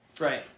Right